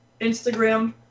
Instagram